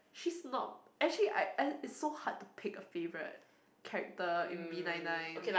she's not actually I I it's so hard to pick a favourite character in B nine nine